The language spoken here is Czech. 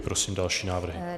Prosím další návrhy.